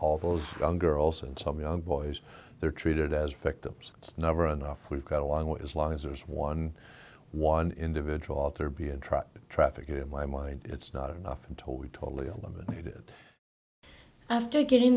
all those young girls and some young boys they're treated as victims it's never enough we've got a long way as long as there's one one individual out there be a truck traffic in my mind it's not enough until we totally eliminated after getting